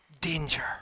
danger